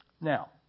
Now